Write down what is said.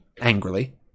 angrily